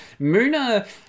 Muna